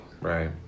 right